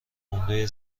عمده